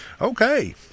Okay